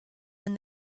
and